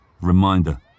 Reminder